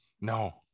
No